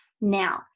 Now